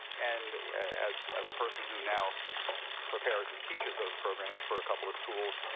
and as as a person who now prepares and teaches those programs for a couple of schools,